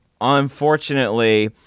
Unfortunately